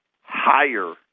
higher